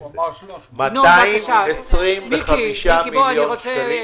225 מיליון שקלים